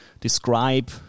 describe